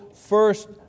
first